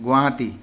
Guwahati